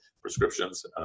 prescriptions